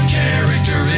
character